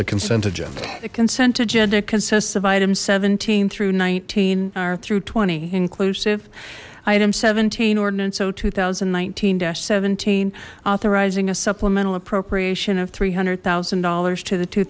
the consent agenda the consent agenda consists of item seventeen through nineteen are through twenty inclusive item seventeen ordinance o two thousand and nineteen seventeen authorizing a supplemental appropriation of three hundred thousand dollars to the two